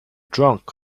drunk